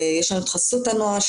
יש לנו את חסות הנוער,